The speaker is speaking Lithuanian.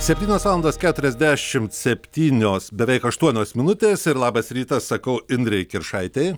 septynios valandos keturiasdešimt septynios beveik aštuonios minutės ir labas rytas sakau indrei kiršaitei